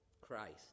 Christ